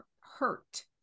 hurt